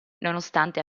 nonostante